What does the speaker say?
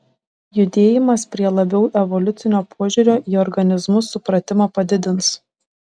judėjimas prie labiau evoliucinio požiūrio į organizmus supratimą padidins